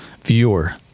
viewer